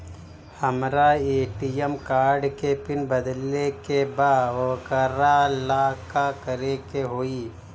हमरा ATM card के PIN बदले के बा वोकरा ला का करे के होई?